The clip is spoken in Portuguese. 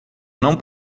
não